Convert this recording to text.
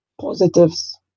positives